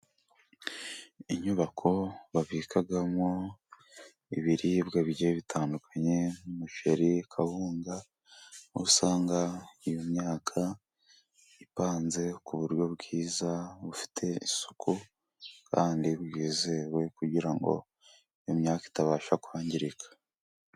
Inyubako babikamo ibiribwa bigiye bitandukanye nk'umuceri, kawunga, aho usanga iyo myaka ipanze ku buryo bwiza bufite isuku kandi bwizewe, kugira ngo imyaka itabasha kwangirika.